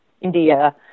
India